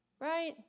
right